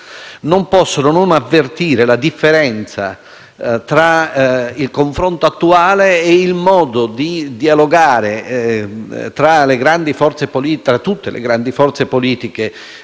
Non possono non avvertire la differenza tra il confronto attuale e il modo di dialogare tra tutte le grandi forze politiche.